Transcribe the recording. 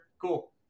Cool